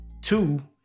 Two